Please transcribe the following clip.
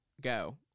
go